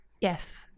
Yes